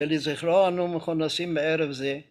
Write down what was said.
‫ולזכרו, אנו מכונסים בערב זה.